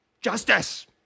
justice